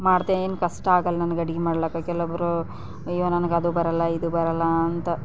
ಮಾಡ್ತೆ ಏನು ಕಷ್ಟ ಆಗಲ್ಲ ನನಗೆ ಅಡುಗೆ ಮಾಡ್ಲಿಕ್ಕೆ ಕೆಲವೊಬ್ಬರು ಅಯ್ಯೋ ನನಗೆ ಅದು ಬರಲ್ಲ ಇದು ಬರಲ್ಲ ಅಂತ